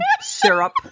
syrup